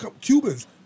Cubans